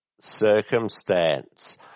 Circumstance